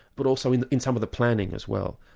but also in in some of the planning as well,